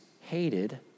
hated